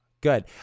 Good